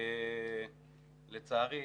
לצערי,